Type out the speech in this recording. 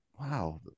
Wow